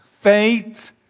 Faith